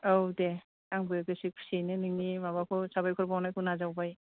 औ दे आंबो गोसो खुसियैनो नोंनि माबाखौ साबायखर बावनायखौ नाजावबाय